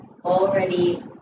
already